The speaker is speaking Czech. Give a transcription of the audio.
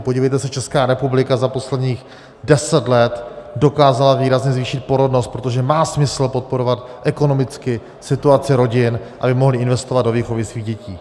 Podívejte se, Česká republika za posledních deset let dokázala výrazně zvýšit porodnost, protože má smysl podporovat ekonomicky situaci rodin, aby mohly investovat do výchovy svých dětí.